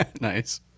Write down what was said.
Nice